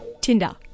Tinder